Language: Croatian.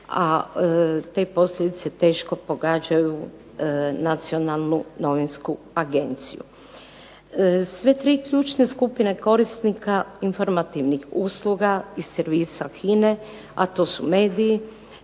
a te posljedice teško pogađaju Nacionalnu novinsku agenciju. Sve tri ključne skupine korisnika informativnih usluga iz servisa HINA-e, a to su mediji,